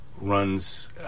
runs